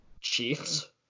Chiefs